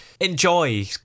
enjoy